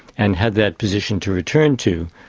and had that position to return to,